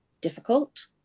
difficult